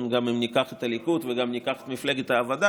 אם ניקח גם את הליכוד וגם את מפלגת העבודה,